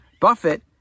Buffett